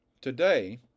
today